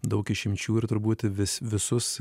daug išimčių ir turbūt vis visus